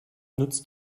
nutzt